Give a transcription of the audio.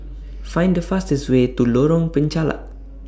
Find The fastest Way to Lorong Penchalak